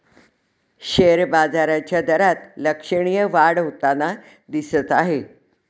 share बाजाराच्या दरात लक्षणीय वाढ होताना दिसत आहे